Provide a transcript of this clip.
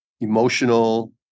emotional